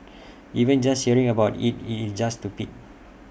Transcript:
even just hearing about IT is just to pit